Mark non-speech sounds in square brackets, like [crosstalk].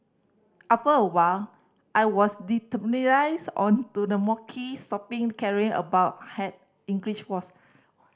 after a while I was desensitised on to the mockery stopping caring about [unintelligible] English was